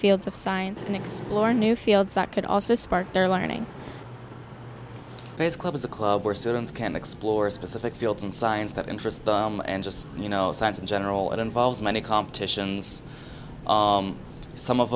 fields of science and explore new fields that could also spark their learning his club is a club where students can explore specific fields in science that interest them and just you know science in general it involves many competitions some of